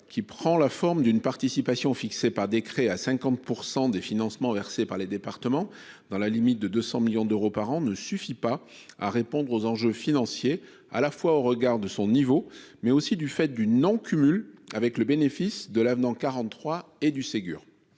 qui prend la forme d'une participation fixée par décret à 50 % des financements versés par les départements, dans la limite de 200 millions d'euros par an, ne suffit pas à répondre aux enjeux financiers au regard de son niveau, mais aussi du non-cumul avec le bénéfice de l'avenant 43 et du Ségur.